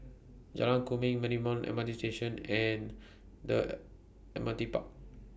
Jalan Kemuning Marymount M R T Station and The M R T Park